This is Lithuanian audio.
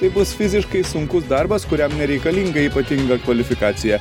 tai bus fiziškai sunkus darbas kuriam nereikalinga ypatinga kvalifikacija